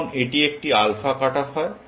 তখন এটি একটি আলফা কাট অফ হয়